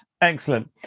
excellent